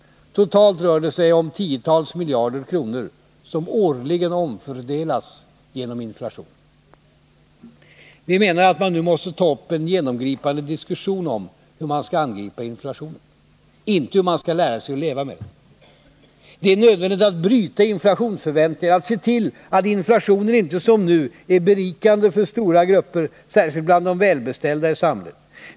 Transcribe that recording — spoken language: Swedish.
Totalt rör det sig om tiotals miljarder kronor som årligen omfördelas genom inflationen. Vi menar att man nu måste ta upp en genomgripande diskussion om hur man skall angripa inflationen, inte hur man skall lära sig leva med den. Det är nödvändigt att bryta inflationsförväntningarna, att se till att inflationen inte som nu är berikande för stora grupper, särskilt bland de välbeställda i samhället.